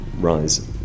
rise